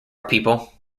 people